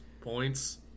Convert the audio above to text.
points